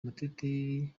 muteteri